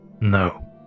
No